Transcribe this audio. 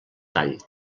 tall